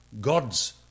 God's